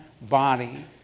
body